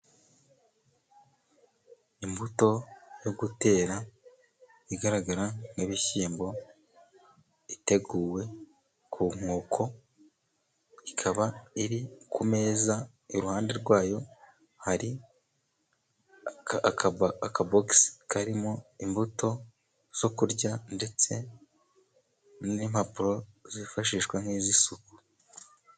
Imbuto yo gutera igaragara nk'ibishyimbo iteguwe ku nkoko ikaba iri ku meza iruhande rwayo hari akabogisi karimo imbuto zo kurya, ndetse n'impapuro zifashishwa nk'iz'isuku.